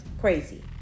crazy